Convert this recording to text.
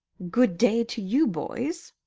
good-day to you, boys!